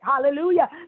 hallelujah